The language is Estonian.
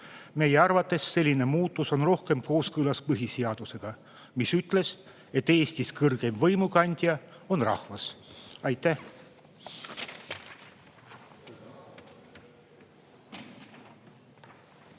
Meie arvates selline muudatus on rohkem kooskõlas põhiseadusega, mis ütleb, et Eestis kõrgeima võimu kandja on rahvas. Aitäh!